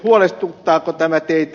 huolestuttaako tämä teitä